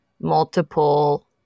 multiple